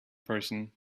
person